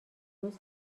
روز